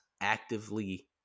actively